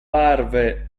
parve